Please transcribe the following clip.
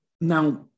now